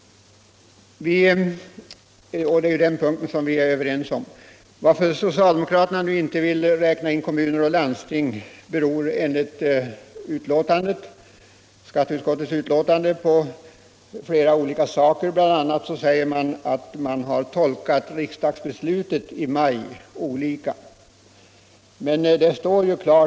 Att socialdemokraterna inte vill räkna in kommuner och landsting enligt skatteutskottets betänkande har flera olika orsaker. Bl. a. sägs att riksdagsbeslutet i maj har tolkats olika.